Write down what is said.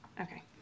Okay